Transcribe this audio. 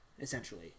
essentially